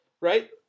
Right